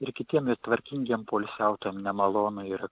ir kitiem ir tvarkingiem poilsiautojam nemalonu ir